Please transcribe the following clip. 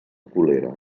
colera